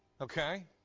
Okay